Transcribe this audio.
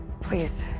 Please